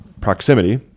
proximity